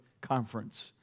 conference